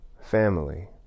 family